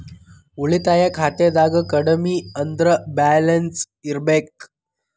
ಉಳಿತಾಯ ಖಾತೆದಾಗ ಕಡಮಿ ಅಂದ್ರ ಬ್ಯಾಲೆನ್ಸ್ ಇರ್ಬೆಕ್